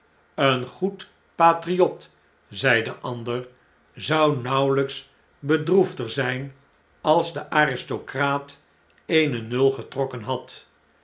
een goed patriot zei de ander zou nauin londen en paeijs welijks bedroefder zp als de aristocraat eene nul getrokken had